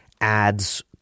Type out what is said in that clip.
Ads